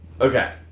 okay